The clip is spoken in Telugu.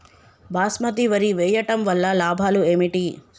బాస్మతి వరి వేయటం వల్ల లాభాలు ఏమిటి?